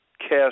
cast